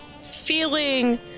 feeling